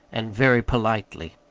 and very politely.